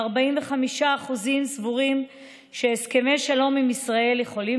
ו-45% סבורים שהסכמי שלום עם ישראל יכולים